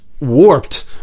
warped